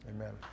Amen